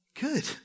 Good